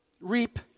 reap